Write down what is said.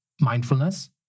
mindfulness